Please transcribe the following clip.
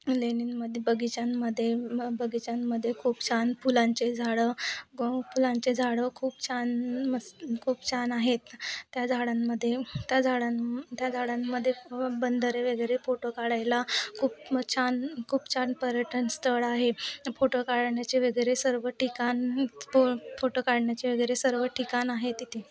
लेण्यांमध्ये बगिचांमध्ये बगिचांमध्ये खूप छान फुलांचे झाडं फुलांचे झाडं खूप छान मस्त खूप छान आहेत त्या झाडांमध्ये त्या झाडं त्या झाडांमध्ये बंदरे वगैरे फोटो काढायला खूप छान खूप छान पर्यटन स्थळ आहे फोटो काढण्याचे वगैरे सर्व ठिकाण फो फोटो काढण्याचे वगैरे सर्व ठिकाण आहे तिथे